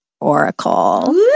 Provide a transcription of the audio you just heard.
oracle